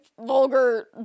vulgar